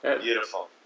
beautiful